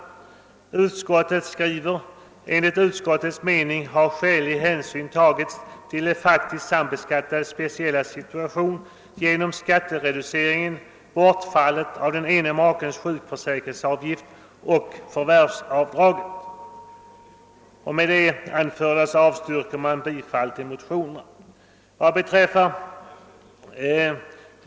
Bevillningsutskottet skriver på s. 47 i sitt betänkande nr 40: »Enligt utskottets mening har skälig hänsyn tagits till de faktiskt sambeskattades speciella situation genom skattereduceringen, bortfallet av ene makens sjukförsäkringsavgift och förvärvsavdraget.» Med det anförda avstyrker man bifall till motionen.